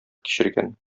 кичергән